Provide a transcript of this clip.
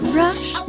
rush